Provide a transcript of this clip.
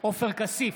עופר כסיף,